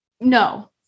no